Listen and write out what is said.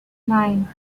nine